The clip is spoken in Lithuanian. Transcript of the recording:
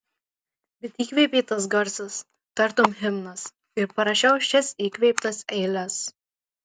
bet įkvėpė tas garsas tartum himnas ir parašiau šias įkvėptas eiles